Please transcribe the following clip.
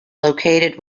located